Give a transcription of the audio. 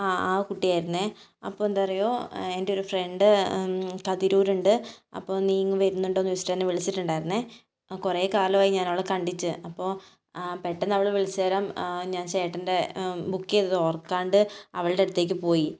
ആ ആ കുട്ടിയായിരുന്നേ അപ്പോൾ എന്താ അറിയുമോ എൻ്റെ ഒരു ഫ്രണ്ട് കതിരൂരുണ്ട് അപ്പോൾ നീ ഇങ്ങു വരുന്നുണ്ടോ എന്ന് ചോദിച്ചിട്ട് എന്നെ വിളിച്ചിട്ടുണ്ടായിരുന്നേ കുറേ കാലമായി ഞാൻ അവളെ കണ്ടിട്ട് അപ്പോൾ പെട്ടെന്ന് അവൾ വിളിച്ച നേരം ഞാൻ ചേട്ടൻ്റെ ബുക്ക് ചെയ്തത് ഓർക്കാണ്ട് അവളുടെ അടുത്തേക്ക് പോയി